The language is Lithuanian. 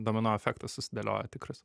domino efektas susidėlioja tikras